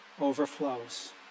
overflows